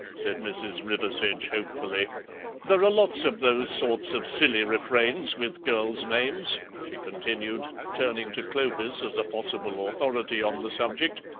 said mrs. riversedge hopefully there are lots of those sorts of silly refrains with girls' names, she continued, turning to clovis as a possible authority on the subject.